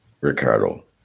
Ricardo